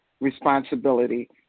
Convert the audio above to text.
responsibility